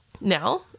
Now